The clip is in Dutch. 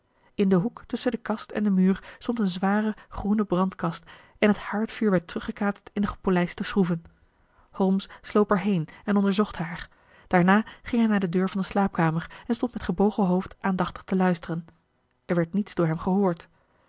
in den hoek tusschen de kast en den muur stond een zware groene brandkast en het haardvuur werd teruggekaatst in de gepolijste schroeven holmes sloop er heen en onderzocht haar daarna ging hij naar de deur van de slaapkamer en stond met gebogen hoofd aandachtig te luisteren er werd niets door hem gehoord